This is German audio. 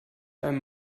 einem